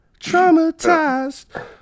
traumatized